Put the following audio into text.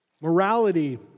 Morality